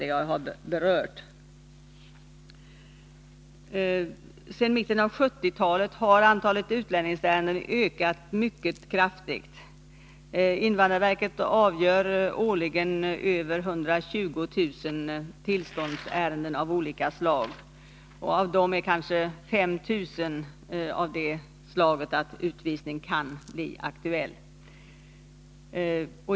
Sedan mitten av 1970-talet har antalet utlänningsärenden ökat mycket kraftigt. Invandrarverket avgör årligen över 120 000 tillståndsärenden av olika slag. Av dessa är kanske 5 000 av den arten att utvisning kan bli aktuell.